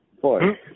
Four